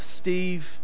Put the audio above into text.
Steve